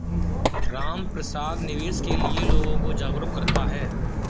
रामप्रसाद निवेश के लिए लोगों को जागरूक करता है